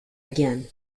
again